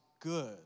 good